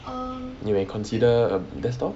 you may consider a desktop